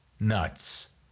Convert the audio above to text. nuts